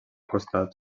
costat